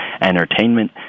entertainment